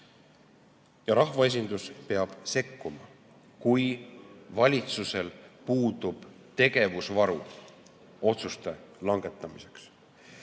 Rahvaesindus peab sekkuma, kui valitsusel puudub [tahe] otsuste langetamiseks.